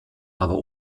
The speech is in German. aber